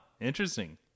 interesting